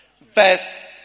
verse